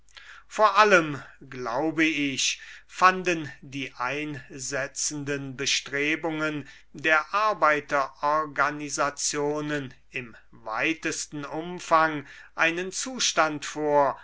vor allem glaube ich fanden die einsetzenden bestrebungen der arbeiterorganisationen im weitesten umfang einen zustand vor